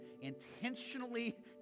intentionally